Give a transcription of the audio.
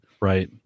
right